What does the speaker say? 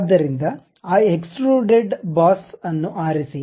ಆದ್ದರಿಂದ ಆ extruded boss ಅನ್ನು ಆರಿಸಿ